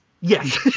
Yes